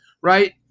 right